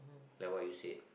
like what you said